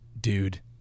dude